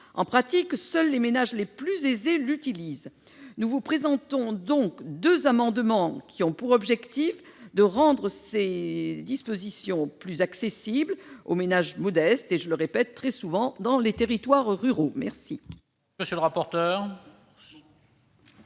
En pratique, seuls les ménages les plus aisés y ont recours. Nous vous présentons donc deux amendements, qui ont pour objectif de rendre ces dispositifs plus accessibles aux ménages modestes, en particulier pour ceux qui habitent dans les territoires ruraux. Quel